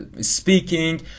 speaking